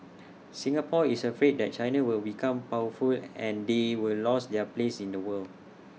Singapore is afraid that China will become powerful and they will lost their place in the world